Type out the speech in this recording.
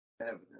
evidence